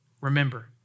Remember